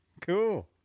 Cool